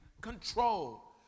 control